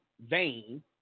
vein